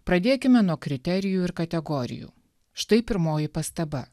pradėkime nuo kriterijų ir kategorijų štai pirmoji pastaba